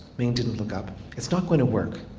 ming didn't look up. it's not going to work.